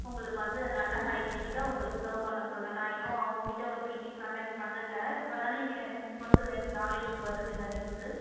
உங்களுக்கு வந்து நல்ல ஹைஜினிக்காக உங்களுக்கு சர்வ் பண்ண சொல்கிறேன் நான் இன்னும் அவங்கக் கிட்டே ஒரு மீட்டிங் கன்டெக்ட் பண்ணலை இப்போதான் நீங்கள் எனக்கு கொண்டு ஏன் நாலேஜ்ஜுக்கு வருது இந்த நியூஸ்ஸு